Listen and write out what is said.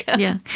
yeah.